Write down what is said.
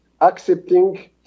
accepting